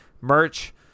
merch